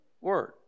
word